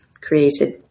created